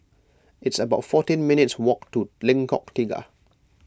it's about fourteen minutes walk to Lengkok Tiga